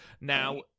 Now